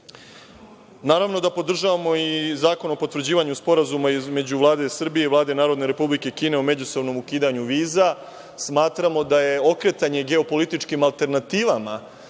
roba. Naravno, da podržavamo i zakon o potvrđivanju Sporazuma između Vlade Srbije i Vlade Narodne Republike Kine, o međusobnom ukidanju viza. Smatramo da je okretanje geopolitičkim alternativama,